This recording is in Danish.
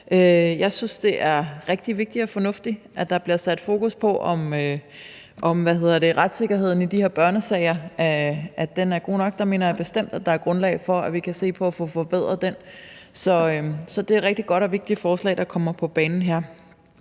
Jeg synes, det er rigtig vigtigt og fornuftigt, at der bliver sat fokus på, om retssikkerheden i de her børnesager er god nok. Der mener jeg bestemt, at der er grundlag for, at vi kan se på at få forbedret den, så det er et rigtig godt og vigtigt forslag, der kommer på banen her.